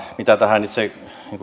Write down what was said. mitä tähän itse